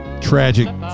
tragic